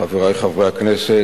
חברי חברי הכנסת,